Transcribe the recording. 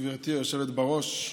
גברתי היושבת-ראש,